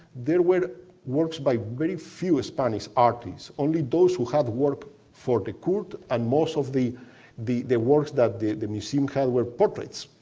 there were works by very few spanish artists, only those who had worked for the court, and most of the the works that the the museum had were portraits,